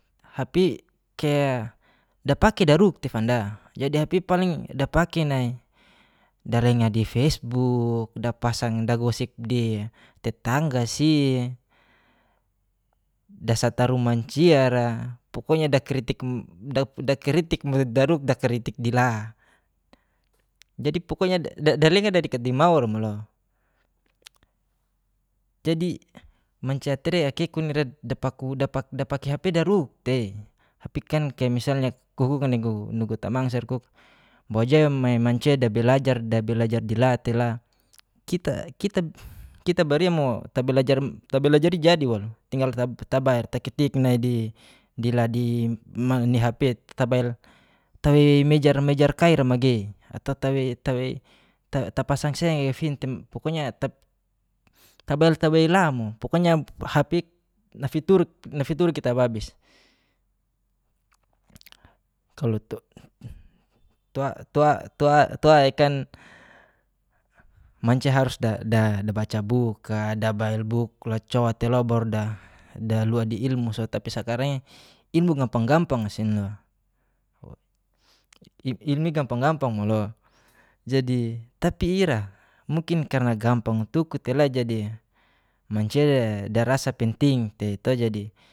Hp kaya dapaki daruk tei te fanda jadi hp i paling dapaki nai dalenga di fesbuk, dapasang dagosip di tetangga si, dasataru mancia ra, pokonya dakritik dakritik daruk dakritik di la? Jadi, pokonya da dalenga dadikat dimau ra mo lo. jadi, mancia atare akekun ira dapaku dapake hp daruk tei hpkan ke' misalnya kuguk nainugu tamang sa ukuk bo jawa mamemancia dabelajar da belajar dila tela kita kita kita baria mo tabelajar tabelajar i jadi waluk. tinggal tabail taketik nai di dila di ni hp tabail tawei mejar mejar kaira magei? Atau tawei tawei ta tapasang seng i fin tem pokonya tab tabail tawei la mo pokonya hp nafituruk nafituruk kita babis. kalo tuaikan mancia harus da da dabaca buk a, dabail buk la co telo baru da da lua di ilmu soa tapia sakarang i ilmu gampang gampang sian lua. ilmu i gamapang gampang mo lo. jadi, tapi ira mungkin karna gampang tuku tela jadi mancia darasa penting tei to jadi